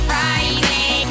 Friday